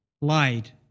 lied